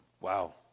Wow